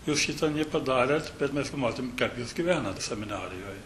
jūs šito nepadarėt bet mes pamatėm kaip jūs gyvenat seminarijoj